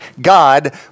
God